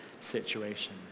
situation